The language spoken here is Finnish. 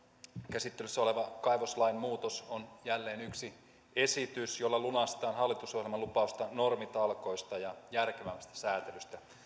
käsittelyssä oleva kaivoslain muutos on jälleen yksi esitys jolla lunastetaan hallitusohjelman lupausta normitalkoista ja järkevämmästä sääntelystä